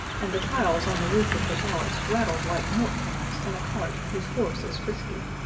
and the tiles on the roof of the palace rattled like milk cans in a cart whose horse is frisky.